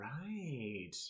right